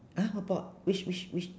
!huh! what board which which which